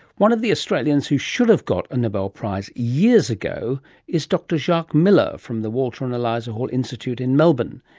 one of the australians who should have got a nobel prize years ago is dr jacques miller from the walter and eliza hall institute in melbourne.